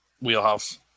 Wheelhouse